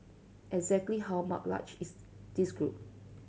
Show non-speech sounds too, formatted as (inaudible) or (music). exactly how (hesitation) large is this group